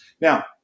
Now